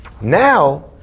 Now